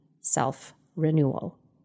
self-renewal